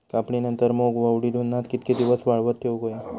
कापणीनंतर मूग व उडीद उन्हात कितके दिवस वाळवत ठेवूक व्हये?